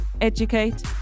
educate